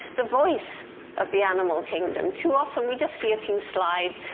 the voice of the animal kingdom. too often we just see a few slides,